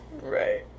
Right